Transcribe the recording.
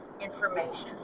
information